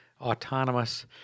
autonomous